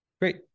Great